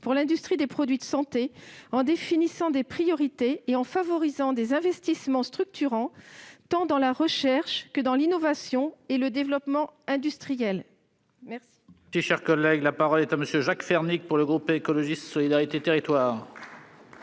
pour l'industrie des produits de santé, en définissant des priorités et en favorisant des investissements structurants, à la fois dans la recherche, l'innovation et le développement industriel. La